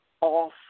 off